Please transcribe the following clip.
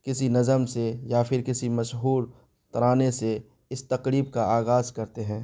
کسی نظم سے یا پھر کسی مشہور ترانے سے اس تقریب کا آغاز کرتے ہیں